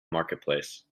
marketplace